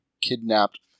kidnapped